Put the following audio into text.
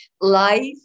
life